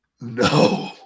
No